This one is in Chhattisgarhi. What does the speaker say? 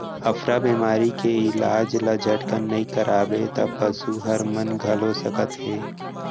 अफरा बेमारी के इलाज ल झटकन नइ करवाबे त पसू हर मन घलौ सकत हे